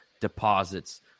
deposits